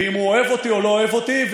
ואם הוא אוהב אותי או לא אוהב אותי,